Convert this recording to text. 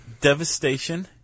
Devastation